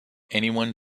anyone